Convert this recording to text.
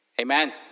Amen